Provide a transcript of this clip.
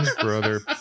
brother